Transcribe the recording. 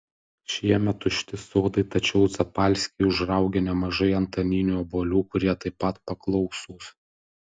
šiemet tušti sodai tačiau zapalskiai užraugė nemažai antaninių obuolių kurie taip pat paklausūs